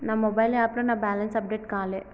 నా మొబైల్ యాప్లో నా బ్యాలెన్స్ అప్డేట్ కాలే